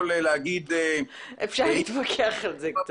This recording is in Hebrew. אפשר להתווכח על זה.